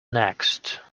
next